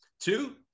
Two